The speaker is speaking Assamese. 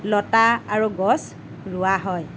লতা আৰু গছ ৰোৱা হয়